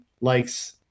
likes